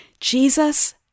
Jesus